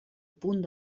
punt